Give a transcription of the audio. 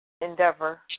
endeavor